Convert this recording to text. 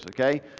okay